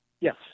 Yes